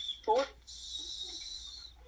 Sports